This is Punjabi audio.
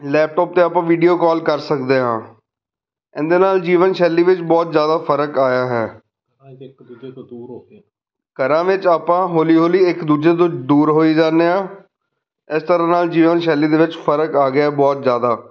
ਲੈਪਟਾਪ 'ਤੇ ਆਪਾਂ ਵੀਡੀਓ ਕਾਲ ਕਰ ਸਕਦੇ ਹਾਂ ਇਹਦੇ ਨਾਲ ਜੀਵਨ ਸ਼ੈਲੀ ਵਿੱਚ ਬਹੁਤ ਜ਼ਿਆਦਾ ਫਰਕ ਆਇਆ ਹੈ ਘਰ ਵਿੱਚ ਆਪਾਂ ਹੌਲੀ ਹੌਲੀ ਇੱਕ ਦੂਜੇ ਦੂਰ ਹੋਈ ਜਾਂਦੇ ਹਾਂ ਇਸ ਤਰ੍ਹਾਂ ਨਾਲ ਜੀਵਨ ਸ਼ੈਲੀ ਦੇ ਵਿੱਚ ਫਰਕ ਆ ਗਿਆ ਬਹੁਤ ਜ਼ਿਆਦਾ